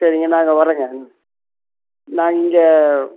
சரிங்க நாங்கள் வரோங்க நான் இங்கே